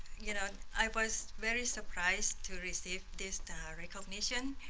you know, i was very surprised to receive this recognition.